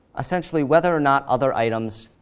essentially, whether or not other items